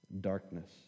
darkness